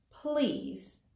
please